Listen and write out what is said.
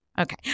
Okay